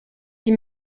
die